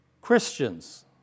Christians